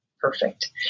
perfect